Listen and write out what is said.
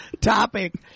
topic